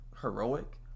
heroic